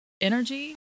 energy